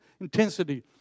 intensity